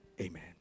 amen